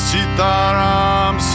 Sitaram